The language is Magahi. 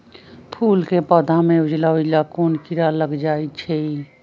फूल के पौधा में उजला उजला कोन किरा लग जई छइ?